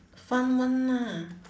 fun one lah